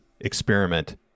experiment